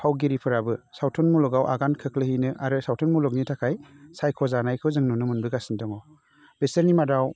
फावगिरिफोराबो सावथुन मुलुगाव आगान खोख्लैहैनो सावथुन मुलुगनि थाखाय सायख'जानायखौ जों नुनो मोनबोगासिनो दङ बिसोरनि मादाव